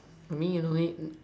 I mean usually